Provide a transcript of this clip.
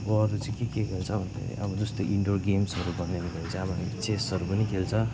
अब अरू चाहिँ के के खेल्छ भन्दाखेरि अब जस्तै इन्डोर गेम्सहरू भन्यो भने चाहिँ अब हामी चेसहरू पनि खेल्छ